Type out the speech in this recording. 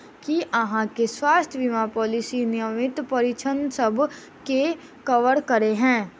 की अहाँ केँ स्वास्थ्य बीमा पॉलिसी नियमित परीक्षणसभ केँ कवर करे है?